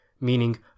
meaning